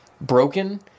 broken